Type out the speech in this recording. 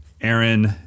Aaron